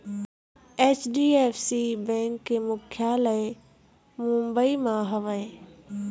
HDFC bank के मुख्यालय मुंबई म हवय